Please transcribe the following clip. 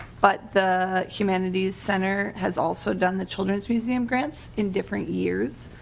but the humanities center has also done the children's museum grants in different years.